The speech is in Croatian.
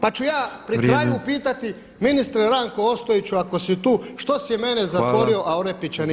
Pa ću ja pri kraju pitati [[Upadica predsjednik: Vrijeme.]] ministre Ranko Ostojiću ako si tu, što si mene zatvorio, a Orepića nisi.